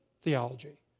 theology